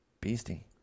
beastie